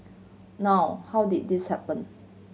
now how did this happen